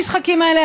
המשחקים האלה,